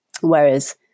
Whereas